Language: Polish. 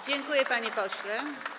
Dziękuję, panie pośle.